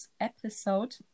episode